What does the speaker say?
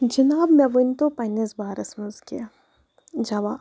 جِناب مےٚ ؤنۍتَو پَنٕنِس بارَس منٛز کیٚنٛہہ جَواب